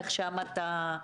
איך שאמרת,